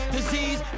Disease